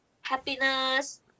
happiness